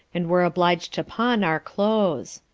and were obliged to pawn our cloaths.